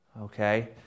okay